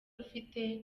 ufite